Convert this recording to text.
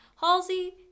Halsey